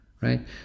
right